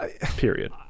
Period